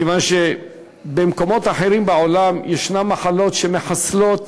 כיוון שבמקומות אחרים בעולם יש מחלות שמחסלות